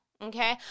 Okay